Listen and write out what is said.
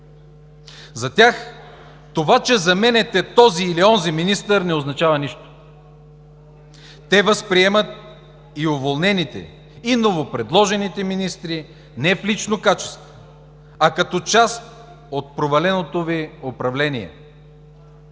За тях това, че заменяте този или онзи министър, не означава нищо. Те възприемат и уволнените, и новопредложените министри не в лично качество, а като част от проваленото Ви управление.